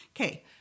Okay